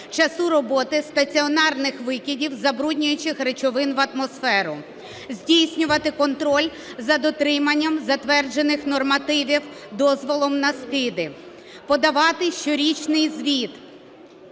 часу роботи стаціонарних викидів забруднюючих речовин в атмосферу, здійснювати контроль за дотриманням затверджених нормативів дозволом на скиди, подавати щорічний звіт